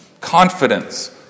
confidence